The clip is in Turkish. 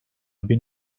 bin